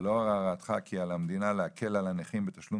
ולאור הערתך כי על המדינה להקל על הנכים בתשלום